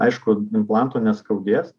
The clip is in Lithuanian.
aišku implanto neskaudės